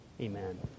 Amen